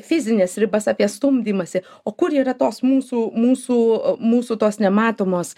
fizines ribas apie stumdymąsi o kur yra tos mūsų mūsų mūsų tos nematomos